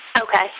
Okay